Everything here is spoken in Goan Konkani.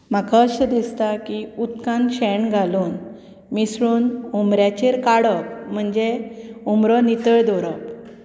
म्हाका अशें दिसता की उदकांत शेण घालून मिसळून उमऱ्याचेर काडप म्हणजें उमरो नितळ दवरप